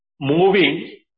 moving